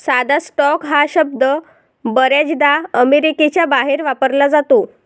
साधा स्टॉक हा शब्द बर्याचदा अमेरिकेच्या बाहेर वापरला जातो